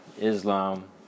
Islam